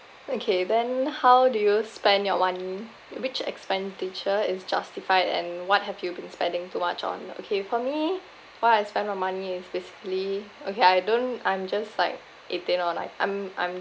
okay then how do you spend your money which expenditure is justified and what have you been spending too much on okay for me what I spend my money is basically okay I don't I'm just like eighteen or like I'm I'm